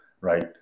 right